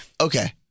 Okay